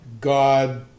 God